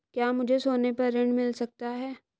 क्या मुझे सोने पर ऋण मिल सकता है?